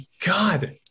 god